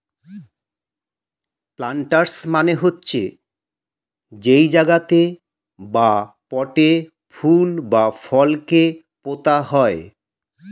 planters মানে হচ্ছে যেই জায়গাতে বা পটে ফুল বা ফল কে পোতা হয়